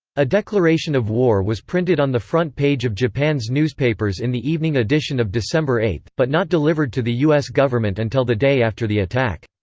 a declaration of war was printed on the front page of japan's newspapers in the evening edition of december eight, but not delivered to the u s. government until the day after the attack.